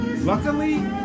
Luckily